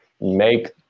make